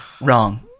Wrong